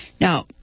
Now